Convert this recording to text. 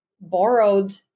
borrowed